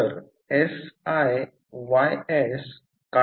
तर siYs काय आहे